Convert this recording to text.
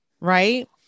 Right